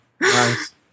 Nice